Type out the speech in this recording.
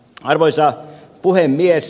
arvoisa puhemies